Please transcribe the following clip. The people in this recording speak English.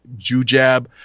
jujab